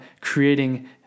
creating